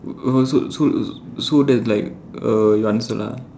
uh so so so that like uh your answer lah